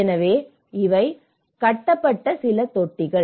எனவே இவை கட்டப்பட்ட சில தொட்டிகள்